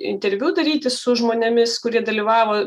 interviu daryti su žmonėmis kurie dalyvavo